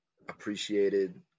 appreciated